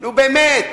עשה לי טובה, נו באמת.